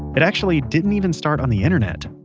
it actually didn't even start on the internet.